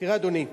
תראה, אדוני,